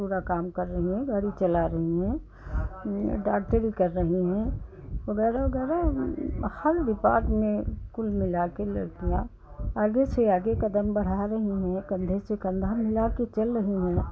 पूरा काम कर रही हैं गाड़ी चला रही हैं डॉक्टरी कर रही हैं वग़ैरह वग़ैरह हर डिपार्ट में कुल मिलाकर लड़कियाँ आगे से आगे कदम बढ़ा रही हैं कन्धे से कन्धा मिला कर चल रही हैं